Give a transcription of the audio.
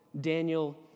Daniel